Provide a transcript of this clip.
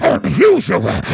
Unusual